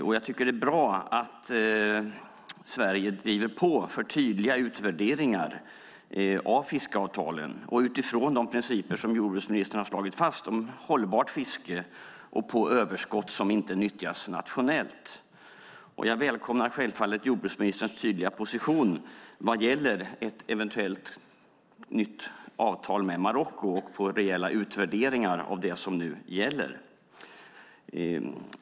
Och jag tycker att det är bra att Sverige driver på för tydliga utvärderingar av fiskeavtalen och utifrån de principer som jordbruksministrarna har slagit fast om hållbart fiske och överskott som inte nyttjas nationellt. Självfallet välkomnar jag jordbruksministerns tydliga position vad gäller ett eventuellt nytt avtal med Marocko och reella utvärderingar av det som nu gäller.